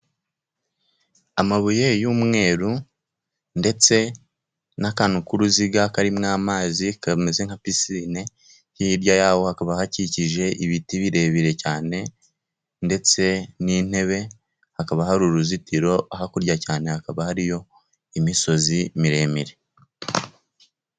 Amabuye y'umweru, ndetse n'akantu k'uruziga karimo amazi kameze nka pisine, hirya yaho hakaba hakikije ibiti birebire cyane ndetse n'intebe. Hakaba hari uruzitiro, hakurya cyane hakaba hariyo imisozi miremire.